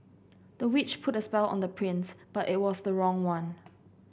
the witch put a spell on the prince but it was the wrong one